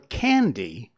candy